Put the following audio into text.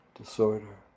disorder